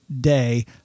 day